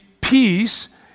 peace